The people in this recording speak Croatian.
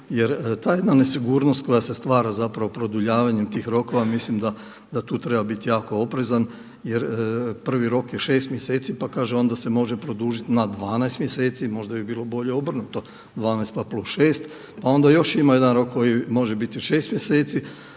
Jer ta jedna nesigurnost koja se stvara zapravo produljavanjem tih rokova, mislim d tu treba biti jako oprezan jer prvi rok je 6 mjeseci, pa kaže onda se može produžiti na 12 mjeseci, možda bi bilo bolje obrnuto 12 pa + 6. Pa onda još ima jedan rok koji može biti od 6 mjeseci,